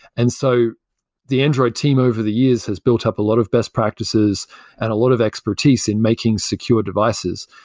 and so the android team over the years has built up a lot of best practices and a lot of expertise in making secure devices.